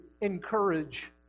encourage